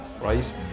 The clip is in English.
right